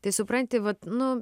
tai supranti vat nu